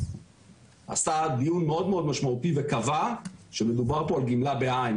דן באופן משמעותי מאוד וקבע שמדובר פה על גמלה בעין,